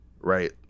right